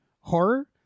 horror